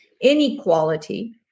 inequality